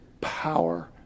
power